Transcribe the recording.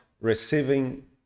receiving